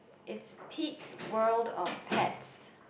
it's Pete's world of pets